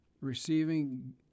receiving